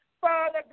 Father